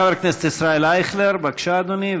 חבר הכנסת ישראל אייכלר, בבקשה, אדוני.